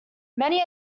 many